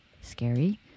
scary